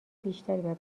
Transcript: بیشتری